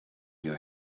your